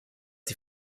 die